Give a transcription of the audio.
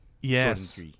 Yes